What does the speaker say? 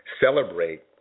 celebrate